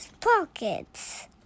pockets